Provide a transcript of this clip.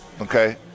Okay